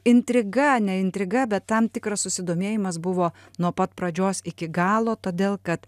intriga ne intriga bet tam tikras susidomėjimas buvo nuo pat pradžios iki galo todėl kad